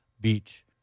Beach